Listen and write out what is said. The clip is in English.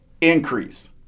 increase